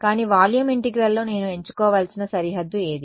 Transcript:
కాబట్టి వాల్యూమ్ ఇంటిగ్రల్లో నేను ఎంచుకోవాల్సిన సరిహద్దు ఏది